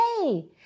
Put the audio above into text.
hey